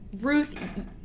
Ruth